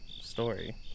story